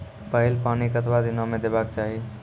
पहिल पानि कतबा दिनो म देबाक चाही?